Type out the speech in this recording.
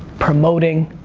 promoting,